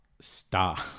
Stop